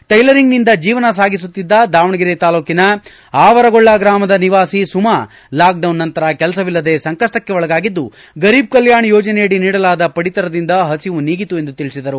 ಟ್ಟೆಲರಿಂಗ್ನಿಂದ ಜೀವನ ಸಾಗಿಸುತ್ತಿದ್ದ ದಾವಣಗೆರೆ ತಾಲ್ಡೂಟಿನ ಆವರಗೊಳ್ಳ ಗ್ರಾಮದ ನಿವಾಸಿ ಸುಮಾ ಲಾಕ್ಡೌನ್ ನಂತರ ಕೆಲಸವಿಲ್ಲದೇ ಸಂಕಪ್ಪಕ್ಷೆ ಒಳಗಾಗಿದ್ದು ಗರೀಬ್ ಕಲ್ಯಾಣ ಯೋಜನೆಯಡಿ ನೀಡಲಾದ ಪಡಿತರದಿಂದ ಪಸಿವು ನೀಗಿತು ಎಂದು ತಿಳಿಸಿದರು